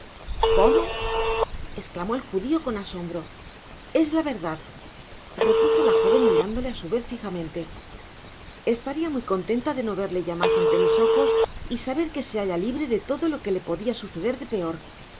cómo esclamó el judio con asombro es la verdad repuso la joven mirándole á su vez fijamente estaria muy contenta de no verle ya mas ante mis ojos y saber que se halla libre de todo lo que le podia suceder de peor